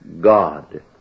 God